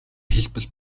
хэлбэл